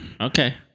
Okay